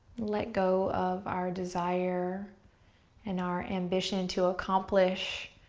let go of our desire and our ambition to accomplish,